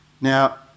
Now